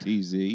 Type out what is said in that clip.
TZ